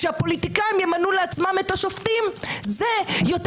שהפוליטיקאים ימנו לעצמם את השופטים זה יותר